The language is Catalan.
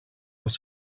els